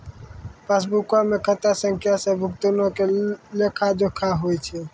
पासबुको मे खाता संख्या से भुगतानो के लेखा जोखा होय छै